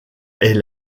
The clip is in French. est